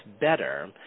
better